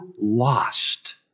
lost